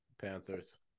Panthers